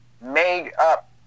made-up